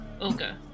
Okay